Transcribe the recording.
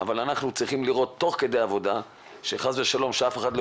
אבל אנחנו צריכים לראות תוך כדי עבודה שחס ושלום אף אחד לא